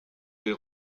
les